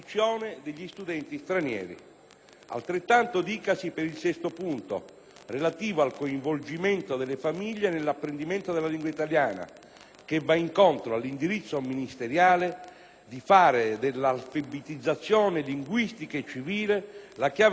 Altrettanto dicasi per il sesto punto, relativo al coinvolgimento delle famiglie nell'apprendimento della lingua italiana, che va incontro all'indirizzo ministeriale di fare dell'alfabetizzazione linguistica e civile la chiave di volta delle politiche inclusive.